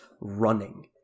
running